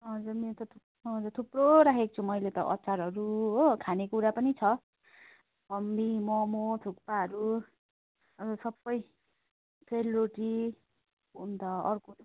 हजुर मेरो त थुप्रो राखेको छु मैले त अचारहरू हो खाने कुरा पनि छ फम्बी मम थुक्पाहरू अरू सबै सेलरोटी अन्त अर्को